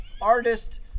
Artist